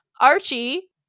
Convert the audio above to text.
Archie